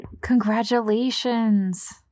congratulations